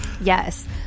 Yes